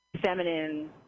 feminine